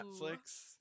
Netflix